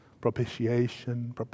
propitiation